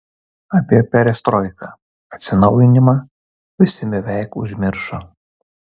apie perestroiką atsinaujinimą visi beveik užmiršo